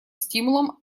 стимулом